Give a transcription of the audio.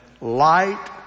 light